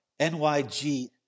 NYG